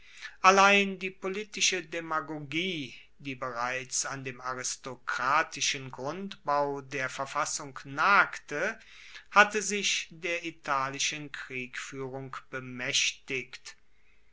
allein die politische demagogie die bereits an dem aristokratischen grundbau der verfassung nagte hatte sich der italischen kriegfuehrung bemaechtigt